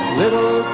little